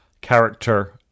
character